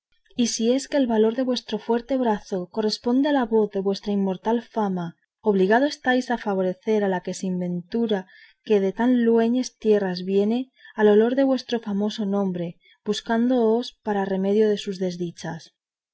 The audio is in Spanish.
y si es que el valor de vuestro fuerte brazo corresponde a la voz de vuestra inmortal fama obligado estáis a favorecer a la sin ventura que de tan lueñes tierras viene al olor de vuestro famoso nombre buscándoos para remedio de sus desdichas